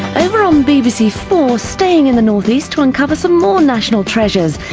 over on bbc four staying in the northeast to uncover some more national treasures,